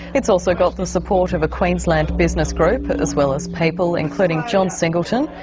it's also got the support of a queensland business group as well as people including john singleton,